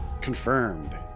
Confirmed